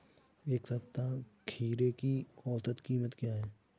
इस सप्ताह खीरे की औसत कीमत क्या है?